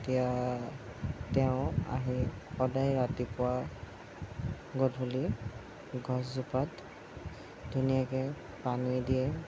তেতিয়া তেওঁ আহি সদায় ৰাতিপুৱা গধূলি গছজোপাত ধুনীয়াকৈ পানী দিয়ে